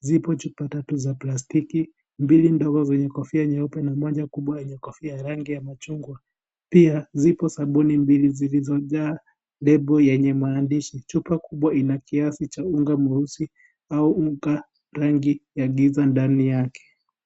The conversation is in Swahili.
zipo chupa tatu za plastiki mbili ndogo zenye kofia nyeupe na moja kubwa yenye kofia ya rangi ya machungwa, pia zipo sabuni mbili zilizojaa nembo yenye maandishi chupa kubwa aina kiasi cha unga mweusi na unga rangi ya giza ndani yake.